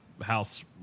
House